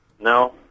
No